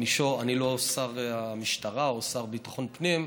אני לא שר המשטרה או השר לביטחון הפנים.